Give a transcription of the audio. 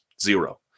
Zero